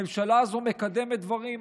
הממשלה הזו מקדמת דברים.